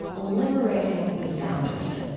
liberating the founders.